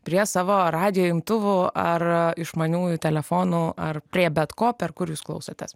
prie savo radijo imtuvų ar išmaniųjų telefonų ar prie bet ko per kur jūs klausotės